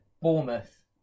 Bournemouth